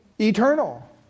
eternal